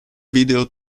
video